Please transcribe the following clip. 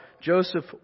Joseph